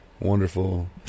Wonderful